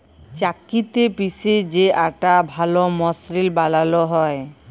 চাক্কিতে পিসে যে আটা ভাল মসৃল বালাল হ্যয়